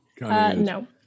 no